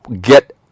get